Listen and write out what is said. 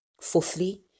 Fourthly